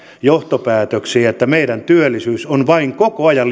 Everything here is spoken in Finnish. johtopäätöksiä että meillä työllisyys on vain koko ajan